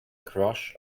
crush